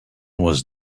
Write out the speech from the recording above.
was